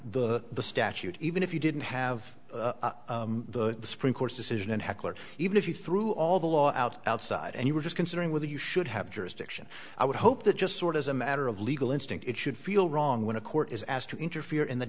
the the statute even if you didn't have the supreme court's decision heckler even if you threw all the law out outside and you were just considering whether you should have jurisdiction i would hope that just sort as a matter of legal instinct it should feel wrong when a court is asked to interfere in the